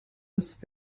ist